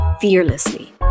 fearlessly